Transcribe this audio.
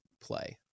play